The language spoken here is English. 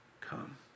come